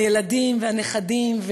הילדים והנכדים,